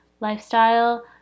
lifestyle